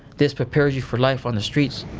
this prepares you for life on the streets.